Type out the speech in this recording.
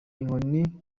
inkoni